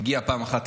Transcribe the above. הגיע פעם אחת,